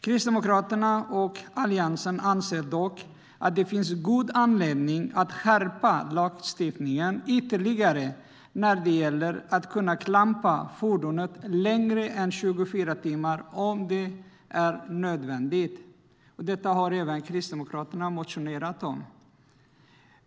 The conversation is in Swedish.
Kristdemokraterna och Alliansen anser dock att det finns god anledning att skärpa lagstiftningen ytterligare när det gäller att kunna klampa fordonet längre än 24 timmar om det är nödvändigt. Detta har även Kristdemokraterna motionerat om.